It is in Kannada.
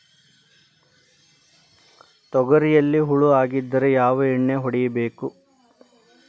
ತೊಗರಿಯಲ್ಲಿ ಹುಳ ಆಗಿದ್ದರೆ ಯಾವ ಎಣ್ಣೆ ಹೊಡಿಬೇಕು?